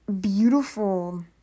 beautiful